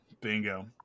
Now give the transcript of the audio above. Bingo